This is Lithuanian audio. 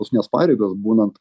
paskutinės pareigos būnant